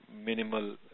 minimal